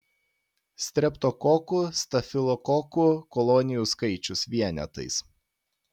streptokokų stafilokokų kolonijų skaičius vienetais